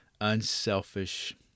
unselfish